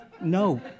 no